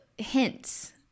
hints